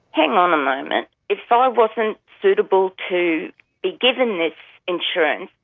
hang on a moment, if so i wasn't suitable to be given this insurance,